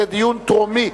זה דיון טרומי.